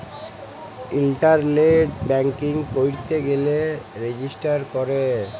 ইলটারলেট banking ক্যইরতে গ্যালে register ক্যরে